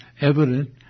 evident